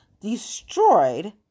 destroyed